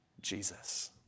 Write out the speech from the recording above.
Jesus